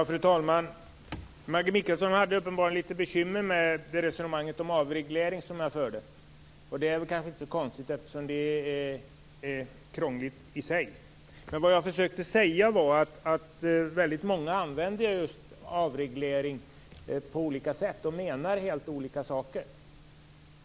Fru talman! Maggi Mikaelsson hade uppenbarligen litet bekymmer med det resonemang om avreglering som jag förde. Det kanske inte är så konstigt eftersom det är krångligt i sig. Vad jag försökte säga var att väldigt många använder just avreglering på olika sätt och menar helt olika saker.